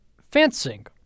fencing